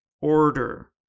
order